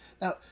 Now